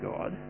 God